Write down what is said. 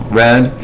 red